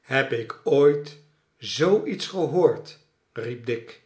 heb ik ooit zoo iets gehoord riep dick